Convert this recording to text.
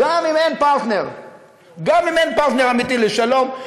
גם אם אין פרטנר אמיתי לשלום,